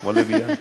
כמו לביאה.